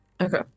Okay